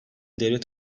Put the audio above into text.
devlet